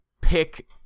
pick